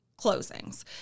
closings